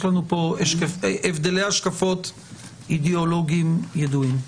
יש לנו פה הבדלי השקפות אידיאולוגיים ידועים.